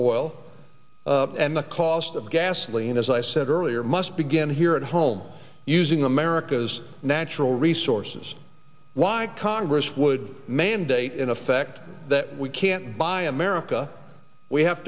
oil and the cost of gasoline as i said earlier must begin here at home using america's natural resources why congress would mandate in effect that we can't buy america we have